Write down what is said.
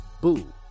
boo